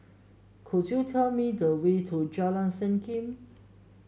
could you tell me the way to Jalan Senyum